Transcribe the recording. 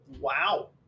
Wow